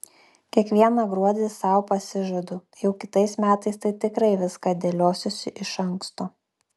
kiekvieną gruodį sau pasižadu jau kitais metais tai tikrai viską dėliosiuosi iš anksto